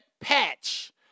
patch